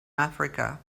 africa